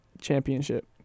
Championship